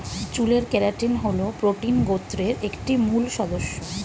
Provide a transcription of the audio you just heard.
চুলের কেরাটিন হল প্রোটিন গোত্রের একটি মূল সদস্য